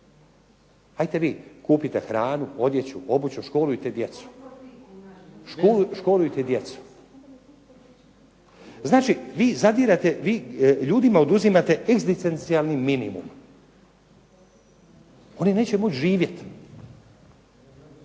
Ajte vi kupite hranu, odjeću, obuću, školujte djecu. Znači vi zadirete, vi ljudima oduzimate egzistencijalni minimum. Oni neće moći živjeti.